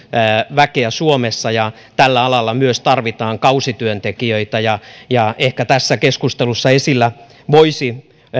väkeä suomessa ja tällä alalla myös tarvitaan kausityöntekijöitä ehkä tässä keskustelussa esillä voisi